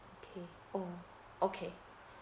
okay oh okay